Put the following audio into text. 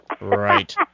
Right